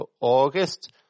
August